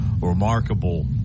remarkable